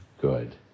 good